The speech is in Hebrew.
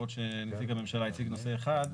למרות שנציג הממשלה הציג נושא אחד.